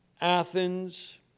Athens